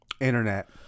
Internet